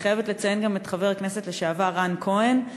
אני חייבת לציין גם את חבר הכנסת לשעבר רן כהן,